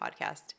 podcast